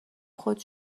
خود